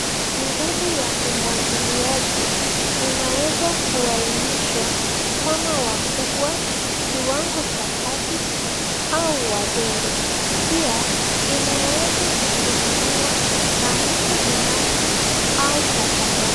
Miradi ya umwagiliaji inaweza kuanishwa kama wakubwa kiwango cha kati au wadogo. Pia inaweza kusimamiwa na mtu binafsi au kwa pamoja.